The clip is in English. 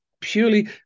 purely